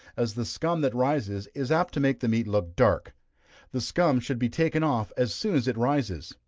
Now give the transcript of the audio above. as the scum that rises is apt to make the meat look dark the scum should be taken off as soon as it rises.